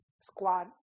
squad